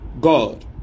God